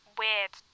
weird